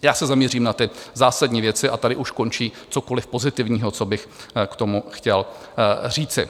Já se zaměřím na zásadní věci a tady už končí cokoliv pozitivního, co bych k tomu chtěl říci.